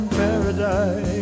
paradise